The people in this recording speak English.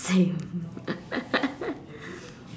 same